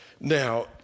Now